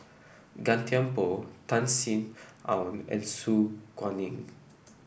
Gan Thiam Poh Tan Sin Aun and Su Guaning